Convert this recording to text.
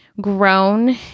grown